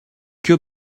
que